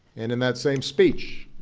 and in that same speech,